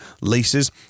leases